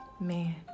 man